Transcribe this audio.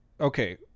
okay